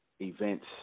events